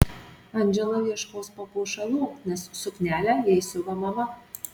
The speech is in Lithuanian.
andžela ieškos papuošalų nes suknelę jai siuva mama